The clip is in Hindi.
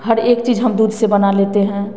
हर एक चीज हम दूध से बना लेते हैं